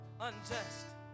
unjust